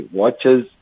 watches